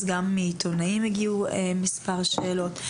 אז גם מעיתונאים הגיעו מספר שאלות.